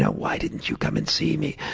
why didn't you come and see me?